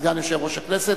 סגן יושב-ראש הכנסת.